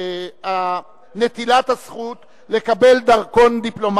אשר היתה יכולה לקבל אותו.